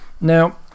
Now